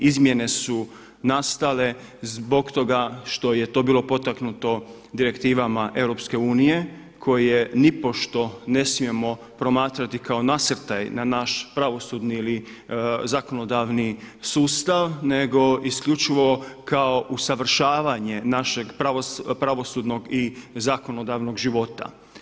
Izmjene su nastale zbog toga što je to bilo potaknuto direktivama EU, koji je nipošto ne smijemo promatrati kao nasrtaj na naš pravosudni ili zakonodavni sustav nego isključivo kao usavršavanje našeg pravosudnog i zakonodavnog života.